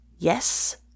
Yes